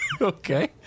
Okay